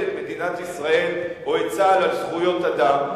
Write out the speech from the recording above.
את מדינת ישראל או את צה"ל על זכויות אדם,